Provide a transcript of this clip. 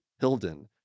Hilden